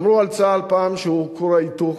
אמרו על צה"ל פעם שהוא כור ההיתוך,